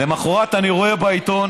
למוחרת אני רואה בעיתון